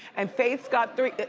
and faith's got three,